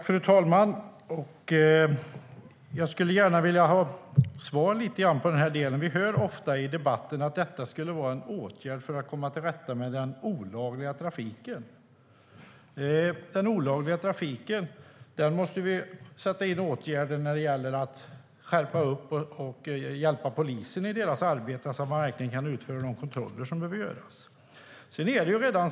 Fru talman! Jag skulle gärna vilja ha svar på några saker. Vi hör ofta i debatten att detta skulle vara en åtgärd för att komma till rätta med den olagliga trafiken. När det gäller den olagliga trafiken måste vi sätta in åtgärder för att skärpa upp och hjälpa polisen i deras arbete, så att de verkligen kan utföra de kontroller som behöver göras.